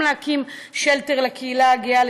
גם להקים shelter לקהילה הגאה,